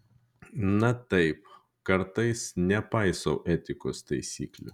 na taip kartais nepaisau etikos taisyklių